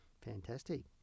fantastic